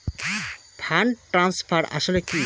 Fund transfer আসলে কী?